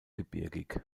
gebirgig